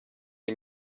iyi